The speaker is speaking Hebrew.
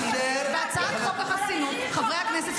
לאפשר --- בהצעת חוק חסינות חברי הכנסת,